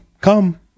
come